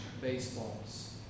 baseballs